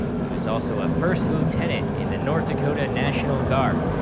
he was also a first lieutenant in the north dakota national guard.